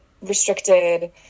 restricted